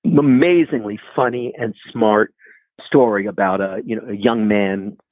amazingly funny and smart story about a you know young man,